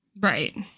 Right